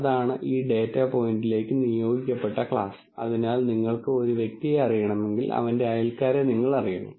വീണ്ടും ഒരു പുതിയ ഡാറ്റ വരുമ്പോൾ നമ്മൾ ഇത് നോർമൽ ആണോ f1 അല്ലെങ്കിൽ f2 ആണോ എന്ന് ലേബൽ ചെയ്യാൻ ആഗ്രഹിക്കുന്നു ഇത് നോർമൽ ആണെങ്കിൽ നിങ്ങൾ ഒന്നും ചെയ്യരുത്